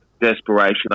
desperation